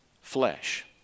flesh